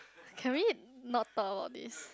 can we not talk about this